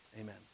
amen